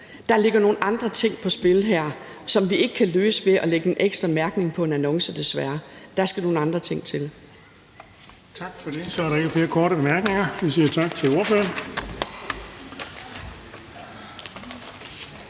Der er nogle andre ting på spil her, som vi ikke kan løse ved at lægge en ekstra mærkning på en annonce, desværre. Der skal nogle andre ting til. Kl. 19:09 Den fg. formand (Erling Bonnesen): Tak for det. Så er der ikke flere korte bemærkninger. Vi siger tak til ordføreren.